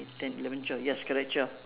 ten eleven twelve yes correct twelve